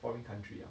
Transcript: foreign country ah